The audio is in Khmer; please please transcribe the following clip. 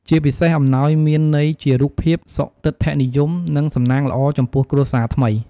ជាពិសេសអំណោយមានន័យជារូបភាព សុទិដ្ឋិនិយម និងសំណាងល្អចំពោះគ្រួសារថ្មី។